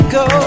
go